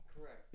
Correct